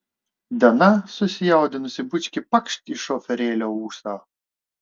dana susijaudinusi bučkį pakšt į šoferėlio ūsą